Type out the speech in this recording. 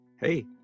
hey